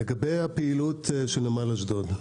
לגבי הפעילות של נמל אשדוד.